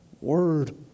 word